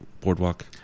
boardwalk